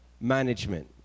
management